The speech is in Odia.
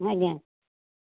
ଆଜ୍ଞା